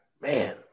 Man